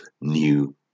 new